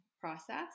process